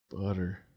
butter